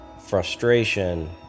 frustration